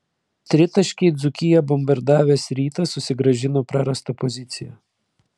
tritaškiai dzūkiją bombardavęs rytas susigrąžino prarastą poziciją